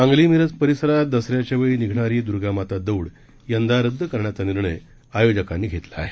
सांगली मिरज परिसरात दसऱ्याच्या वेळी निघणारी दुर्गामाता दौड यंदा रद्द करण्याचा निर्णय आयोजकांनी घेतला आहे